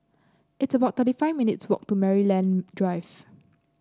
it's about thirty five minutes' walk to Maryland Drive